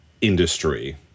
industry